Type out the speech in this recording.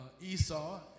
Esau